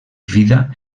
vida